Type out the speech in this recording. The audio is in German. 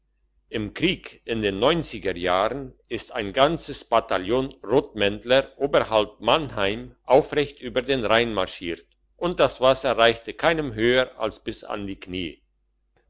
im krieg in den neunziger jahren ist ein ganzes bataillon rotmäntler oberhalb mannheim aufrecht über den rhein marschiert und das wasser reichte keinem höher als bis an die knie